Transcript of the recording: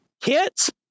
kits